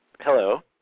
Hello